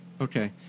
Okay